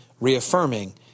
reaffirming